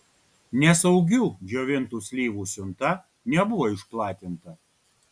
nesaugių džiovintų slyvų siunta nebuvo išplatinta